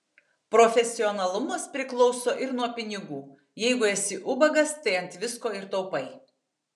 profesionalumas priklauso ir nuo pinigų jeigu esi ubagas tai ant visko ir taupai